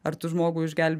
ar tu žmogų išgelbi